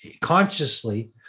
consciously